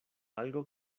algo